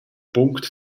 punct